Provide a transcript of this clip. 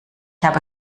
habe